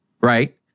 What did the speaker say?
right